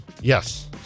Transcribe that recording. Yes